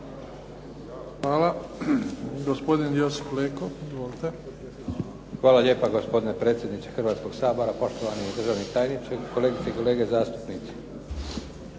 (HDZ)** Hvala. Gospodin Josip Leko. Izvolite. **Leko, Josip (SDP)** Hvala lijepo gospodine predsjedniče Hrvatskog sabora. Poštovani državni tajniče, kolegice i kolege zastupnici.